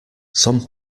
some